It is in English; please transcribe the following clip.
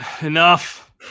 Enough